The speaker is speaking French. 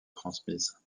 transmises